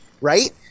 right